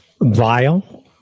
vile